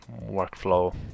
workflow